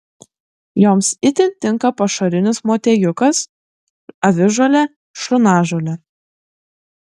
joms itin tinka pašarinis motiejukas avižuolė šunažolė